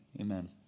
Amen